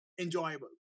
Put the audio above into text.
enjoyable